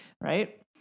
right